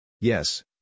Yes